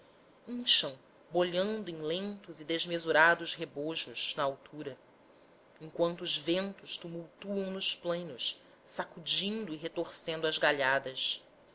incham bolhando em lentos e desmesurados rebojos na altura enquanto os ventos tumultuam nos plainos sacudindo e retorcendo as galhadas